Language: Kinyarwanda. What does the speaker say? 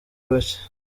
bake